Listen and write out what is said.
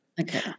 Okay